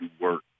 work